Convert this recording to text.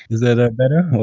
is that ah better?